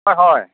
হয় হয়